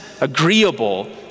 agreeable